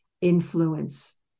influence